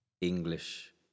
English